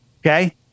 Okay